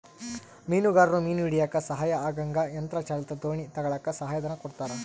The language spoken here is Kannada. ಮೀನುಗಾರರು ಮೀನು ಹಿಡಿಯಕ್ಕ ಸಹಾಯ ಆಗಂಗ ಯಂತ್ರ ಚಾಲಿತ ದೋಣಿ ತಗಳಕ್ಕ ಸಹಾಯ ಧನ ಕೊಡ್ತಾರ